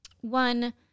One